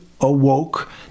awoke